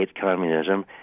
communism